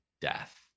death